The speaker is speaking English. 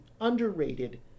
underrated